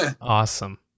Awesome